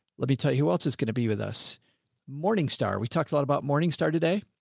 let me tell you who else is going to be with us morningstar. we talked a lot about morningstar today.